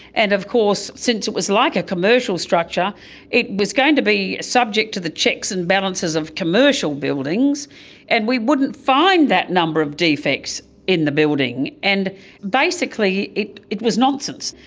and of course since it was like a commercial structure it was going to be subject to the checks and balances of commercial buildings and we wouldn't find that number of defects in the building, and basically it it was nonsense.